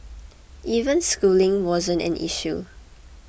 even schooling wasn't an issue